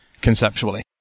conceptually